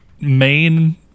main